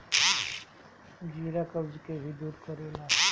जीरा कब्ज के भी दूर करेला